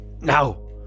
now